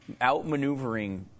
outmaneuvering